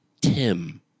Tim